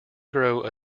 grow